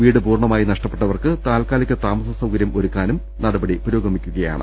വീട് പൂർണ്ണമായും നഷ്ടപ്പെട്ടവർക്ക് താൽകാലിക താമസ സൌകര്യം ഒരുക്കാനും നടപടി പുരോഗമിക്കുകയാണ്